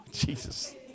Jesus